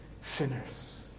sinners